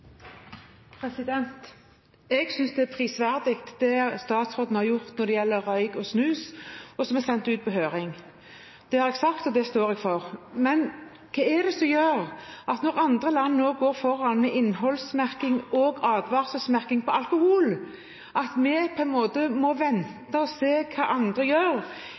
dagsordenen. Jeg synes det er prisverdig, det statsråden har gjort når det gjelder røyk og snus, og som er sendt ut på høring. Det har jeg sagt, og det står jeg for. Men hva gjør at når andre land nå går foran med innholdsmerking og advarselsmerking på alkohol, må vi vente og se hva andre gjør?